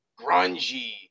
grungy